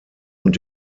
und